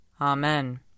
Amen